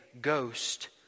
ghost